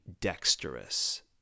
dexterous